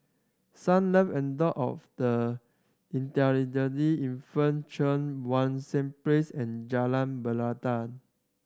Sunlove Abode of the Intellectually Infirmed Cheang Wan Seng Place and Jalan Belangka